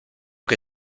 que